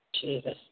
Jesus